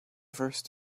first